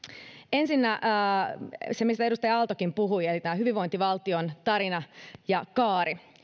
ensinnä se mistä edustaja aaltokin puhui eli tämä hyvinvointivaltion tarina ja kaari